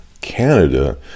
Canada